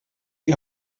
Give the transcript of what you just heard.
die